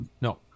No